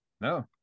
No